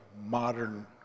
modern